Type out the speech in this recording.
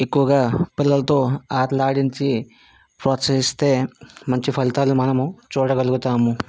ఎక్కువగా పిల్లలతో ఆటలు ఆడించి ప్రోత్సహిస్తే మంచి ఫలితాలు మనము చూడగలుగుతాము